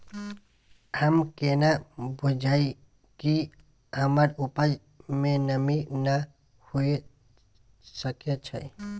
हम केना बुझीये कि हमर उपज में नमी नय हुए सके छै?